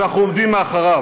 אנחנו עומדים מאחוריו.